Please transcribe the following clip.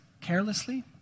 carelessly